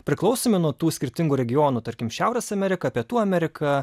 priklausomi nuo tų skirtingų regionų tarkim šiaurės amerika pietų amerika